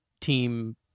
team